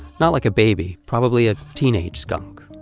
not like a baby, probably a teenage skunk.